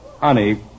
Honey